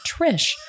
Trish